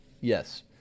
Yes